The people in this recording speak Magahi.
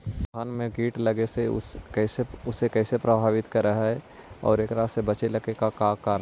धान में कीट लगके उसे कैसे प्रभावित कर हई और एकरा से बचेला का करल जाए?